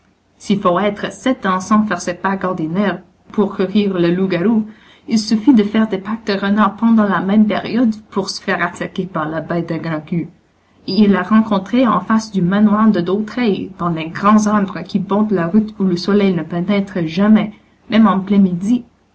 s'il faut être sept ans sans faire ses pâques ordinaires pour courir le loup-garou il suffit de faire des pâques de renard pendant la même période pour se faire attaquer par la bête à grand'queue et il l'a rencontrée en face du manoir de dautraye dans les grands arbres qui bordent la route où le soleil ne pénètre jamais même en plein midi